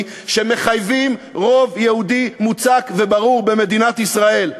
שמחייבים רוב יהודי מוצק וברור במדינת ישראל.